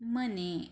ಮನೆ